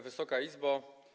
Wysoka Izbo!